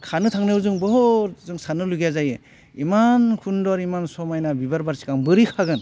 खानो थांनायाव जों बुहुत जों साननो लगिया जायो इमान खुन्दर इमान समायना बिबार बारसेखौ आं बोरै खागोन